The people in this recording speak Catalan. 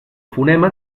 fonema